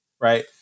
Right